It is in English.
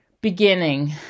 beginning